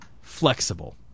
flexible